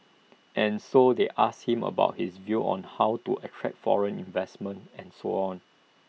and so they asked him about his views on how to attract foreign investment and so on